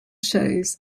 shows